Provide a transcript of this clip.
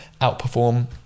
outperform